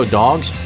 dogs